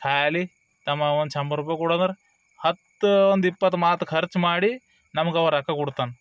ಹ್ಯಾಲಿ ತಮ್ಮ ಒಂದು ಶಂಬರ್ ರೂಪಾಯಿ ಕೊಡು ಅಂದ್ರೆ ಹತ್ತು ಒಂದು ಇಪ್ಪತ್ತು ಮಾತು ಖರ್ಚು ಮಾಡಿ ನಮಗೆ ಅವ ರೊಕ್ಕ ಕೊಡ್ತಾನೆ